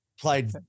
Played